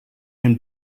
him